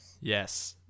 Yes